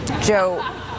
Joe